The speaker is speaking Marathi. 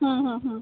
हं हं हं